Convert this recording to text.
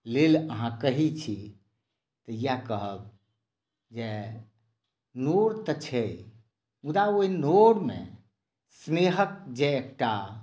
लेल अहाँ कहै छी तऽ इएह कहब जे नोर तऽ छै मुदा ओहि नोरमे स्नेहक जे एकटा